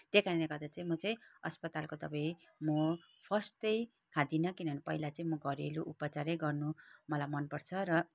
त्यही कारणले गर्दा चाहिँ म चाहिँ अस्पतालको दबाई म फर्स्ट चाहिँ खादिनँ किनभने पहिला चाहिँ म घरेलु उपचारै गर्नु मलाई मनपर्छ र